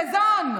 סזון.